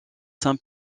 saint